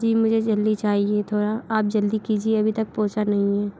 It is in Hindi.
जी मुझे जल्दी चाहिए थोड़ा आप जल्दी कीजिए अभी तक पहुंचा नहीं है